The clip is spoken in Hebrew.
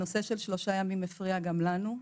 הנושא של שלושה ימים הפריע גם לנו.